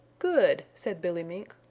good, said billy mink.